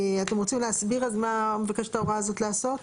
אתם רוצים להסביר מה מבקשת ההוראה הזאת לעשות?